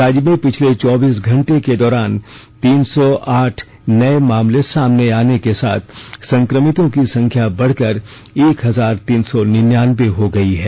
राज्य में पिछले चौबीस घंटे के दौरान तीन सौ आठ नए मामले सामने आने के साथ संक्रमितों की संख्या बढ़कर एक हजार तीन सौ निन्यान्बे हो गई है